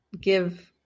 give